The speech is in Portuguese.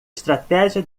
estratégia